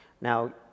Now